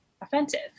offensive